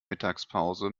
mittagspause